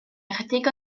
ychydig